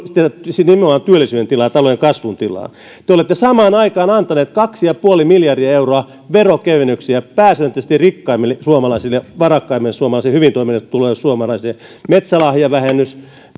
siis nimenomaan työllisyyden tilaa ja talouden kasvun tilaa te te olette samaan aikaan antaneet kaksi pilkku viisi miljardia euroa veronkevennyksiä pääsääntöisesti rikkaimmille suomalaisille varakkaimmille suomalaisille hyvin toimeen tuleville suomalaisille metsälahjavähennys